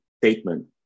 statement